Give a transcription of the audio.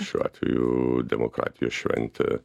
šiuo atveju demokratijos šventė